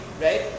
right